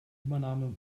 übernahme